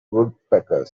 woodpecker